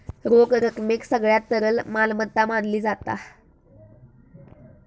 रोख रकमेक सगळ्यात तरल मालमत्ता मानली जाता